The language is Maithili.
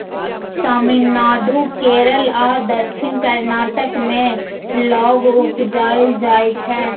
तमिलनाडु, केरल आ दक्षिण कर्नाटक मे लौंग उपजाएल जाइ छै